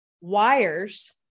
wires